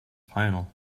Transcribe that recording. final